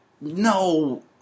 no